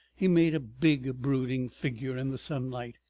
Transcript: he made a big brooding figure in the sunlight,